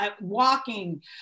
walking